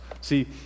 See